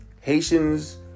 Haitians